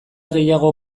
gehiago